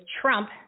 Trump